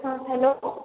हाँ हेलो